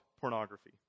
pornography